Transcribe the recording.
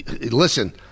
Listen